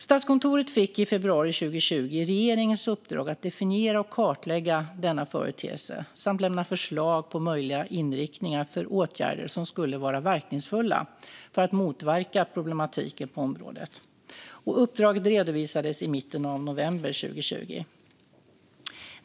Statskontoret fick i februari 2020 regeringens uppdrag att definiera och kartlägga denna företeelse samt lämna förslag på möjliga inriktningar för åtgärder som skulle vara verkningsfulla för att motverka problematiken på området. Uppdraget redovisades i mitten av november 2020.